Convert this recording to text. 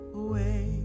away